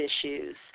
issues